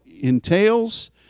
entails